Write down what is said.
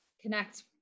connect